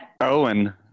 Owen